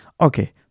Okay